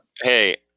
hey